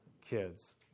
kids